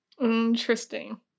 Interesting